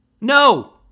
No